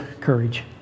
courage